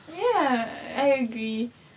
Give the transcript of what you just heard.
ya I agree